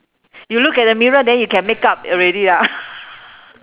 you look at the mirror then you can makeup already lah